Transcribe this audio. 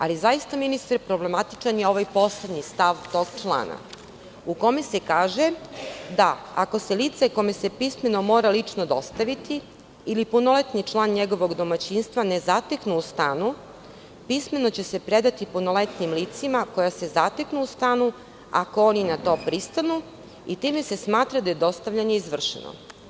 Ali, zaista, ministre, problematičan je ovaj poslednji stav tog člana u kojem se kaže da ako se lice kome se pismeno mora lično dostaviti ili punoletni član njegovog domaćinstva ne zatekne u stanu, pismeno će se predati punoletnim licima koja se zateknu u stanu, ako oni na to pristanu, i time se smatra da je dostavljanje izvršeno.